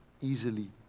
easily